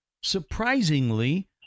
surprisingly